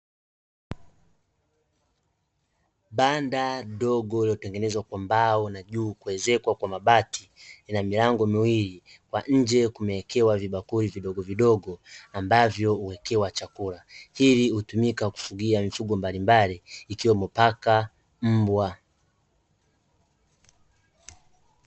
Banda dogo lililotengenezwa kwa mbao na juu kuezekwa kwa mabati, lina milango miwili, kwa nje kumewekewa vibakuli vidogo vidogo, ambavyo huwekewa chakula. Hili hutumika kufugia mifugo mbalimbali, ikiwemo paka, mbwa.